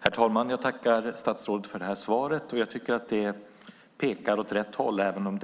Herr talman! Jag tackar statsrådet för det här svaret. Jag tycker att det pekar åt rätt håll även om